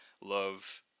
love